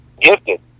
gifted